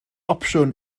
opsiwn